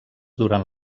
durant